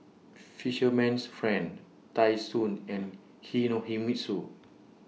Fisherman's Friend Tai Sun and Kinohimitsu